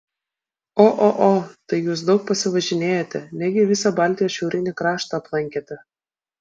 o o o tai jūs daug pasivažinėjote negi visą baltijos šiaurinį kraštą aplankėte